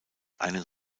einen